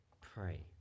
pray